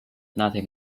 nothing